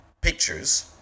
pictures